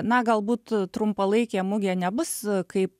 na galbūt trumpalaikė mugė nebus kaip